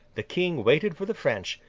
the king waited for the french,